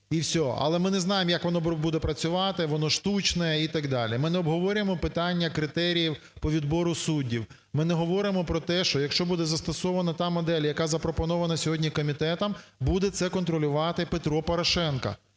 Але ми не знаємо, як воно буде працювати, воно штучне і так далі. Ми не обговорюємо питання критеріїв по відбору суддів. Ми не говоримо про те, що якщо буде застосована та модель, яка запропонована сьогодні комітетом, буде це контролювати Петро Порошенко.